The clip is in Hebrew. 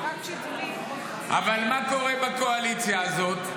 אבל מה קורה בקואליציה הזאת,